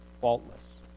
faultless